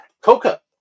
coca